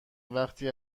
وقتی